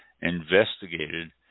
investigated